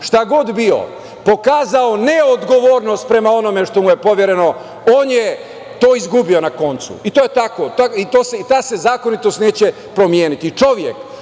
šta god bio, pokazao neodgovornost prema onome što mu je povereno, on je to izgubio na koncu. I, to je tako. I, ta se zakonitost neće promeniti. Čovek